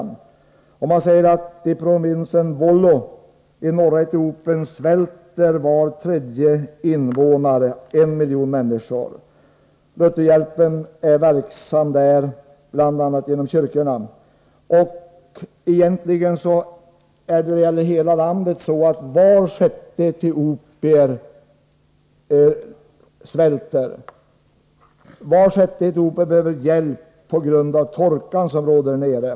Han säger bl.a. att var tredje invånare i provinsen Wollo i norra Etiopien svälter — en miljon människor, och Lutherhjälpen är verksam där bl.a. genom kyrkorna. När det gäller förhållandena i hela landet är det så att var sjätte etiopier svälter. Var sjätte etiopier behöver hjälp på grund av den torka som råder där nere.